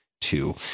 two